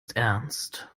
ernst